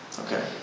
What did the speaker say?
Okay